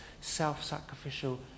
self-sacrificial